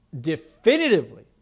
Definitively